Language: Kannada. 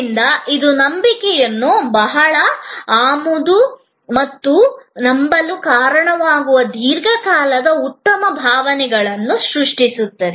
ಆದ್ದರಿಂದ ಇದು ನಂಬಿಕೆಯನ್ನು ಬಹಳ ಆಮದು ಎಂದು ನಂಬಲು ಕಾರಣವಾಗುವ ದೀರ್ಘಕಾಲದ ಉತ್ತಮ ಭಾವನೆಯನ್ನು ಸೃಷ್ಟಿಸುತ್ತದೆ